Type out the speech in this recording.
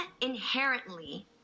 inherently